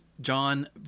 John